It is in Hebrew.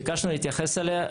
ביקשנו להתייחס אליה.